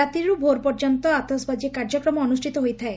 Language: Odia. ରାତିରୁ ଭୋର୍ ପର୍ଯ୍ୟନ୍ତ ଆତସବାଜି କାର୍ଯ୍ୟକ୍ରମ ଅନୁଷ୍ଷିତ ହୋଇଥାଏ